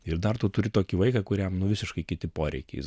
ir dar tu turi tokį vaiką kuriam nu visiškai kiti poreikiai jis